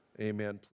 amen